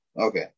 Okay